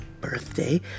birthday